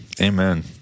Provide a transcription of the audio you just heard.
Amen